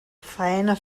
faena